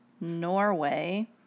Norway